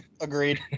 agreed